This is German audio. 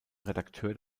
redakteur